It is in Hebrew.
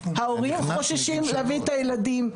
ההורים חוששים להביא את הילדים,